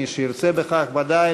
מי שירצה בכך ודאי,